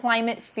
Climate